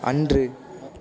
அன்று